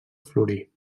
florir